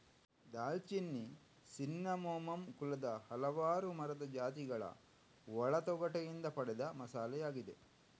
ದಾಲ್ಚಿನ್ನಿ ಸಿನ್ನಮೋಮಮ್ ಕುಲದ ಹಲವಾರು ಮರದ ಜಾತಿಗಳ ಒಳ ತೊಗಟೆಯಿಂದ ಪಡೆದ ಮಸಾಲೆಯಾಗಿದೆ